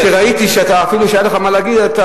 שראיתי שאפילו שהיה לך מה להגיד,